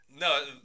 No